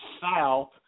south